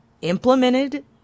implemented